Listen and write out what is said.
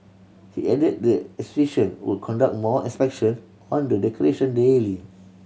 he added the association will conduct more inspection on the decoration daily